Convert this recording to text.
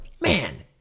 man